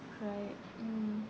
right mm